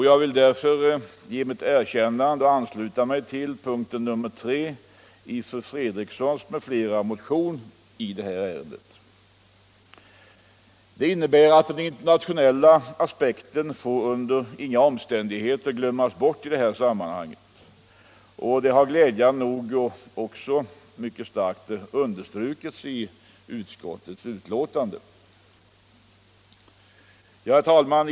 Jag vill därför Den internationella aspekten får under inga omständigheter glömmas Onsdagen den bort i detta sammanhang. Detta har glädjande nog också mycket starkt — 24 november 1976 understrukits i utskottets betänkande.